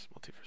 Multiverse